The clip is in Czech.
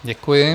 Děkuji.